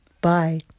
Bye